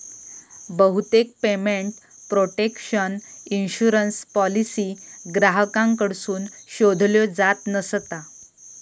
बहुतेक payment protection insurance policy ग्राहकांकडसून शोधल्यो जात नसता